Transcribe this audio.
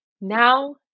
Now